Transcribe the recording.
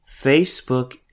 facebook